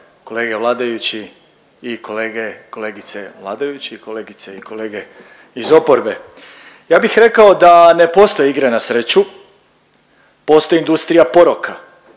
kolege vladajući i kolege, kolegice vladajući i kolegice i kolege iz oporbe. Ja bih rekao da ne postoje igre na sreću, postoji industrija poroka